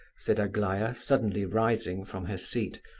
said aglaya, suddenly rising from her seat,